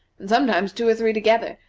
and sometimes two or three together,